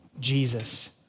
Jesus